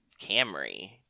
Camry